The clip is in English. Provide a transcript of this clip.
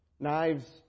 Knives